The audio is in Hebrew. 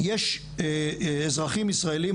יש אזרחים ישראלים,